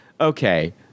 okay